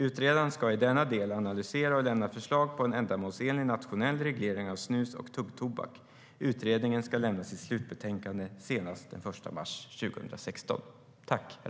Utredaren ska i denna del analysera och lämna förslag på en ändamålsenlig nationell reglering av snus och tuggtobak. Utredningen ska lämna sitt slutbetänkande senast den 1 mars 2016.